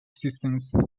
systems